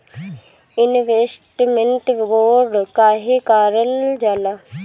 Investment bond काहे कारल जाला?